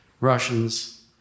Russians